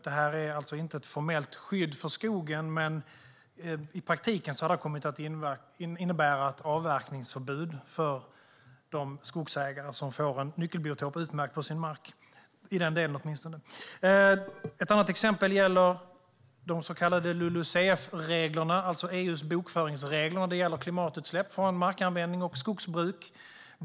Det är alltså inte ett formellt skydd för skogen, men i praktiken har det kommit att innebära ett avverkningsförbud, åtminstone för de skogsägare som får en nyckelbiotop utmärkt på sin mark. Ett annat exempel gäller de så kallade LULUCF-reglerna, alltså EU:s bokföringsregler när det gäller klimatutsläpp från markanvändning och skogsbruk.